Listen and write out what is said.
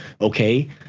okay